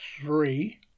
three